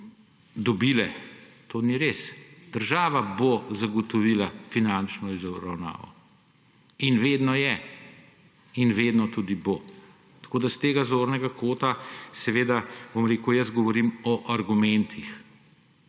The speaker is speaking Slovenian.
dobile – to ni res! Država bo zagotovila finančno izravnavo. In vedno je in vedno tudi bo. Tako s tega zornega kota seveda, bom rekel, da govorim o argumentih;